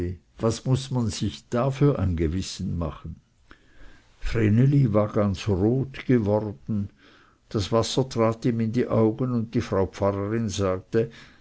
was muß man sich da für ein gewissen machen vreneli war ganz rot geworden das wasser trat ihm in die augen und die frau pfarrerin sagte